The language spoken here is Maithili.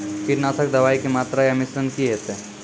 कीटनासक दवाई के मात्रा या मिश्रण की हेते?